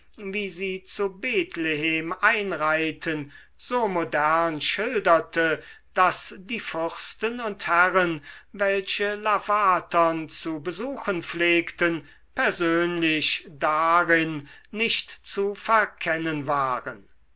wie sie zu bethlehem einreiten so modern schilderte daß die fürsten und herren welche lavatern zu besuchen pflegten persönlich darin nicht zu verkennen waren